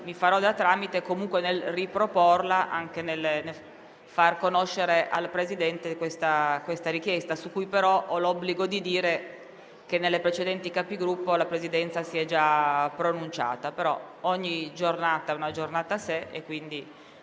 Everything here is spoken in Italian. farò da tramite nel riproporla e facendo conoscere al Presidente questa richiesta, su cui però ho l'obbligo di dire che nelle precedenti Conferenze dei Capigruppo la Presidenza si è già pronunciata.